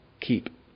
keep